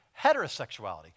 heterosexuality